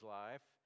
life